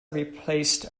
replaced